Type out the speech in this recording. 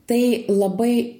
tai labai